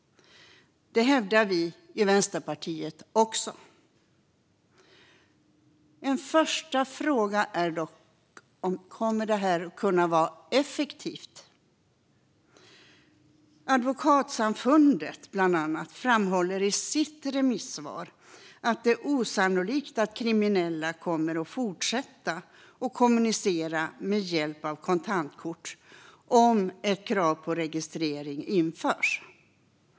Det hävdar vi i Vänsterpartiet också. En första fråga är dock: Kommer detta att kunna vara effektivt? Advokatsamfundet, bland andra, framhåller i sitt remissvar att det är osannolikt att kriminella kommer att fortsätta att kommunicera med hjälp av kontantkort om ett krav på registrering införs.